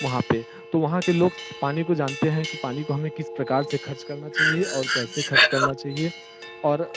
वहाँ पे तो वहाँ के लोग स पानी को जानते हैं कि पानी को हमें किस प्रकार से खर्च करना चाहिए और कैसे खर्च करना चाहिए और